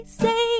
say